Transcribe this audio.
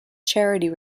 charity